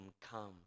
come